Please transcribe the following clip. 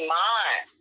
mind